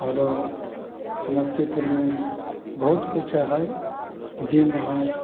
आओरो समस्तीपुरमे बहुत किछु हइ जिम हइ